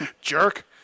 Jerk